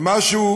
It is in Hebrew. משהו